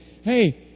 hey